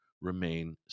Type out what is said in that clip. remain